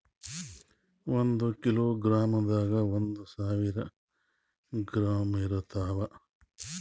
ಒಂದ್ ಕಿಲೋಗ್ರಾಂದಾಗ ಒಂದು ಸಾವಿರ ಗ್ರಾಂ ಇರತಾವ